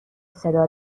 صدا